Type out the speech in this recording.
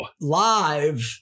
Live